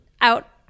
out